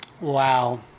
Wow